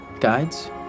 Guides